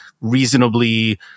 reasonably